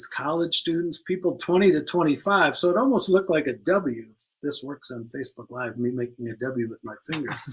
college students, people twenty to twenty five. so it almost looked like a w if this works on facebook live, me making a w with my fingers.